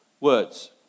words